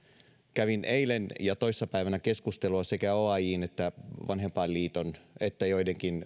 kävin eilen ja toissa päivänä keskustelua sekä oajn että vanhempainliiton että joidenkin